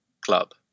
club